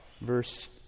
Verse